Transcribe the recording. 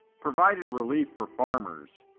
provided relief for farmers,